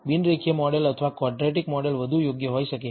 બિન રેખીય મોડેલ અથવા કોડ્રેટીક મોડેલ વધુ યોગ્ય હોઈ શકે છે